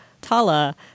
Tala